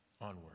onward